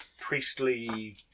priestly